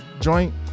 joint